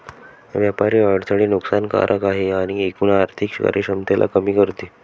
व्यापारी अडथळे नुकसान कारक आहे आणि एकूण आर्थिक कार्यक्षमतेला कमी करते